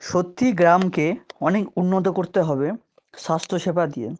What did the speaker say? সত্যি গ্রামকে অনেক উন্নত করতে হবে স্বাস্থ্য সেবা দিয়ে